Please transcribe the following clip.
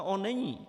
A on není.